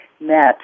met